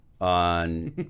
on